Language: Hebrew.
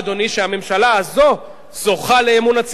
שהממשלה הזו זוכה לאמון הציבור,